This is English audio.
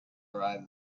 arrive